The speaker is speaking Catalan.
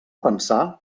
pensar